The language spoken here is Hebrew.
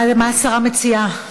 מה השרה מציעה?